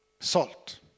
Salt